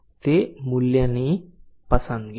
તે મૂલ્યની પસંદગી છે